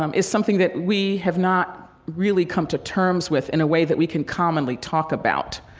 um is something that we have not really come to terms with in a way that we can commonly talk about.